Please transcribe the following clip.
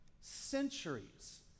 Centuries